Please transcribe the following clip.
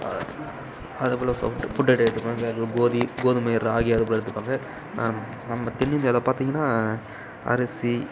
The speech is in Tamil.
அது போல ஃபுட் ஃபுட் கோதுமை ராகி அதுபோல் எடுத்துப்பாங்க நம்ம தென்னிந்தியாவில் பார்த்திங்கன்னா அரிசி